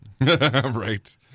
right